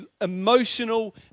emotional